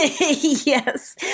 Yes